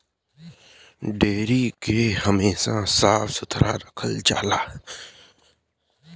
dairy के हमेशा साफ सुथरा रखल जाला